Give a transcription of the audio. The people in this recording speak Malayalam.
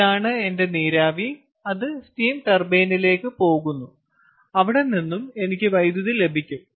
ഇതാണ് എന്റെ നീരാവി അത് സ്റ്റീം ടർബൈനിലേക്ക് പോകുന്നു അവിടെ നിന്നും എനിക്ക് വൈദ്യുതി ലഭിക്കും